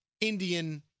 Indian